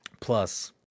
Plus